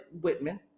whitman